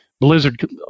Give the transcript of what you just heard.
Blizzard